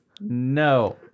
No